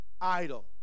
idle